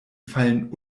fallen